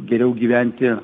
geriau gyventi